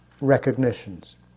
recognitions